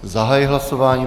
Zahajuji hlasování.